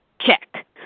Check